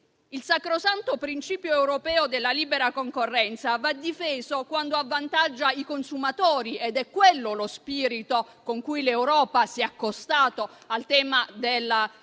Il sacrosanto principio europeo della libera concorrenza va difeso quando avvantaggia i consumatori ed è quello lo spirito con cui l’Europa si è accostata al tema del libero